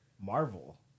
Marvel